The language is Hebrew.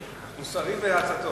מוסרי בהצעתו.